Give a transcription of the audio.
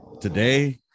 Today